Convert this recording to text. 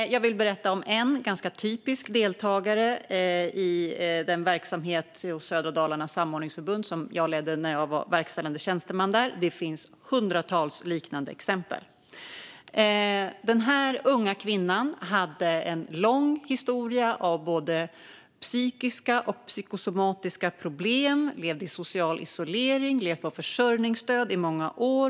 Jag vill berätta om en ganska typisk deltagare i den verksamhet hos Södra Dalarnas samordningsförbund som jag ledde när jag var verkställande tjänsteman där - det finns hundratals liknande exempel. Det var en ung kvinna som hade en lång historia av både psykiska och psykosomatiska problem. Hon levde i social isolering och hade levt på försörjningsstöd i många år.